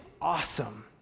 awesome